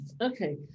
okay